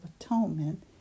atonement